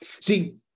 See